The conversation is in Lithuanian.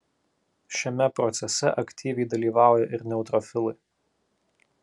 šiame procese aktyviai dalyvauja ir neutrofilai